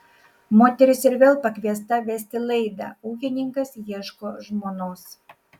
moteris ir vėl pakviesta vesti laidą ūkininkas ieško žmonos